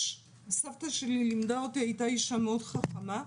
סבתא שלי לימדה אותי, הייתה אישה מאוד חכמה,